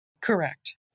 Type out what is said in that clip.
Correct